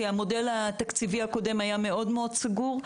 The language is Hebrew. המודל התקציבי הקודם היה מאוד-מאוד סגור.